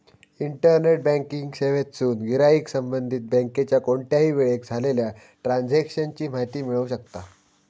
internet banking सेवेतसून गिराईक संबंधित बँकेच्या कोणत्याही वेळेक झालेल्या ट्रांजेक्शन ची माहिती मिळवू शकता